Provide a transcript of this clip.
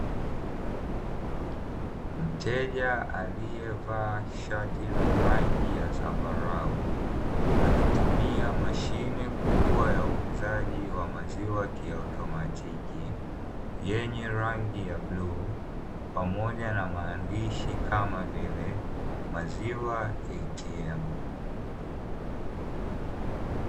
Mteja aliyevaa shati la rangi ya zambarau, akitumia mashine kubwa ya uuzaji wa maziwa kiautomatiki, yenye rangi ya bluu pamoja na maandishi kama vile "maziwa ATM".